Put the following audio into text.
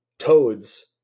toads